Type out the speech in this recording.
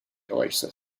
oasis